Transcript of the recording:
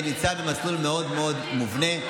זה מסלול מאוד מובנה.